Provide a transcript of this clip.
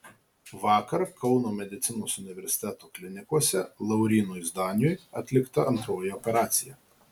vakar kauno medicinos universiteto klinikose laurynui zdaniui atlikta antroji operacija